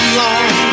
long